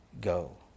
go